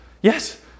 yes